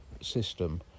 system